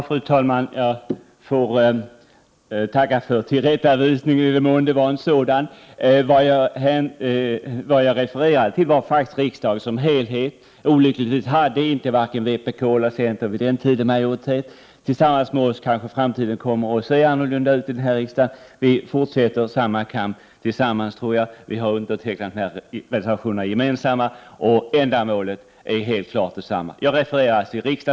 Fru talman! Jag får tacka för tillrättavisningen, i den mån det var en sådan. Jag refererade faktiskt till riksdagen som helhet. Olyckligtvis hade varken vpk eller centern under den tiden majoritet. Tillsammans kanske vi kan medverka till att framtiden kommer att se annorlunda ut i denna riksdag. Vi fortsätter kampen tillsammans. Vi har ju nu gemensamma reservationer. Ändamålet är helt klart detsamma.